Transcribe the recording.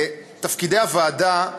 תפקידי הוועדה,